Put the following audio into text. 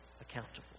accountable